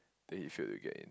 then he tried to get in